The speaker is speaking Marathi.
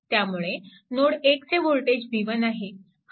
त्यामुळे नोड 1 चे वोल्टेज v1 आहे